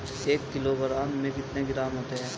एक किलोग्राम में कितने ग्राम होते हैं?